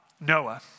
Noah